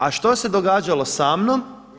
A što se događalo samnom?